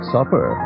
Supper